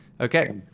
Okay